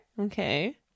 Okay